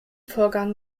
vorgang